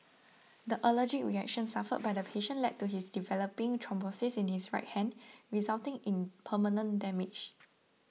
the allergic reaction suffered by the patient led to his developing thrombosis in his right hand resulting in permanent damage